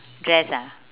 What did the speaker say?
dress ah